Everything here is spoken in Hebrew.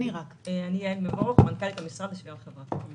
אני מנכ"לית המשרד לשוויון חברתי.